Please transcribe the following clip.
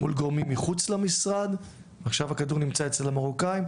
מול גורמים מחות למשרד והכדור נמצא עכשיו אצל המרוקאים,